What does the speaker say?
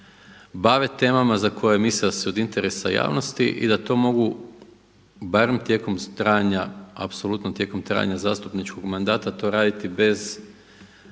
bave temama za koje misle da su od interesa javnosti i da to mogu barem tijekom trajanja, apsolutno tijekom